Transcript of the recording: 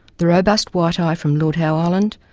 the robust white-eye from lord howe island,